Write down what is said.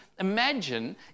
Imagine